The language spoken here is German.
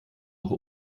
auch